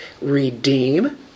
redeem